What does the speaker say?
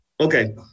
Okay